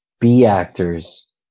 B-actors